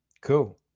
cool